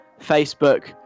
facebook